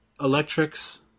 Electrics